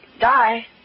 Die